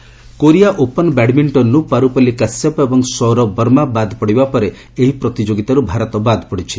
badminton Korea open ବ୍ୟାଡମିଣ୍ଟନର Parupalli Kashyap ଏବଂ ସୌରଭ ବର୍ମା ବାଦ ପଡିବା ପରେ ଏହି ପ୍ରତିଯୋଗିତାର୍ ଭାରତ ବାଦ୍ ପଡିଛି